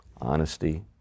honesty